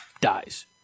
dies